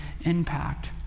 impact